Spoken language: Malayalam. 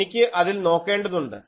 എനിക്ക് അതിൽ നോക്കേണ്ടതുണ്ട്